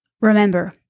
Remember